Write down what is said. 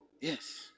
yes